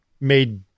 made